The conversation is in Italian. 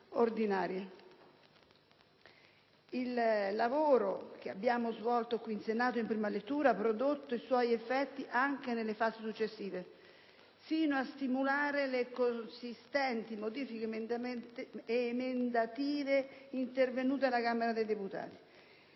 Il lavoro che abbiamo svolto qui in Senato, in prima lettura, ha prodotto i suoi effetti anche nelle fasi successive, sino a stimolare le consistenti modifiche emendative intervenute alla Camera dei deputati.